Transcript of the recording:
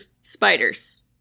spiders